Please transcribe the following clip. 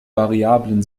variablen